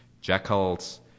Jackals